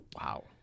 Wow